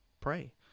pray